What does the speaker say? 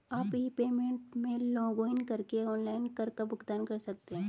आप e payment में login करके ऑनलाइन कर का भुगतान कर सकते हैं